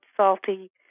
salty